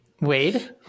Wade